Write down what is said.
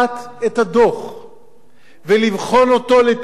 ולבחון אותו לפרטי-פרטים, אדוני היושב-ראש,